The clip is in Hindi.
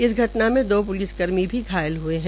इस घटना में दो प्लिसकर्मी भी घायल हुए हैं